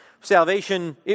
salvation